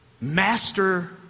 master